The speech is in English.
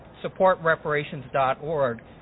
supportreparations.org